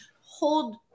hold